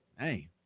Hey